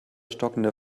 stockender